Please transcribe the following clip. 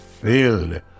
filled